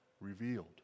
revealed